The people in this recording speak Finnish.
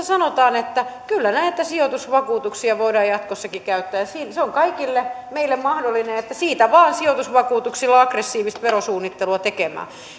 sanotaan että kyllä näitä sijoitusvakuutuksia voidaan jatkossakin käyttää ja se on kaikille meille mahdollinen että siitä vain sijoitusvakuutuksilla aggressiivista verosuunnittelua tekemään